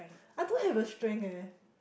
I don't have a strength eh